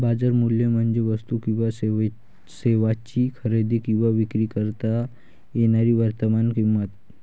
बाजार मूल्य म्हणजे वस्तू किंवा सेवांची खरेदी किंवा विक्री करता येणारी वर्तमान किंमत